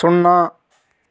సున్నా